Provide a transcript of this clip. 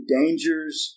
dangers